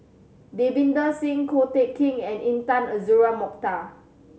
Davinder Singh Ko Teck Kin and Intan Azura Mokhtar